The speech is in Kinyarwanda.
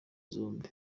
zombi